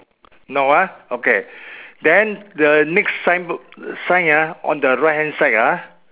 no ah okay then the next sign sign ah on the right hand side ah